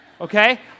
Okay